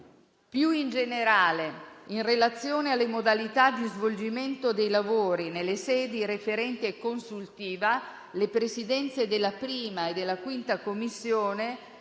Più in generale, in relazione alle modalità di svolgimento dei lavori nelle sedi referenti e consultive, le Presidenze della 1a e della 5a Commissione